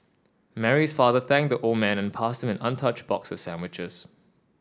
Mary's father thanked the old man and passed him an untouched box of sandwiches